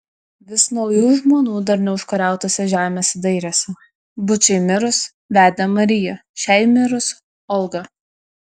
vis naujų žmonų dar neužkariautose žemėse dairėsi bučai mirus vedė mariją šiai mirus olgą